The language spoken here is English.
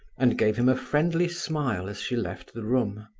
and gave him a friendly smile as she left the room.